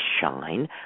shine